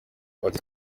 bati